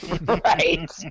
Right